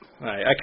right